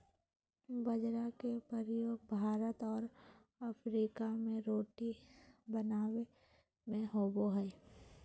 बाजरा के प्रयोग भारत और अफ्रीका में रोटी बनाबे में होबो हइ